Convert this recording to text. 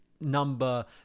number